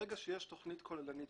ברגע שיש תכנית כוללנית,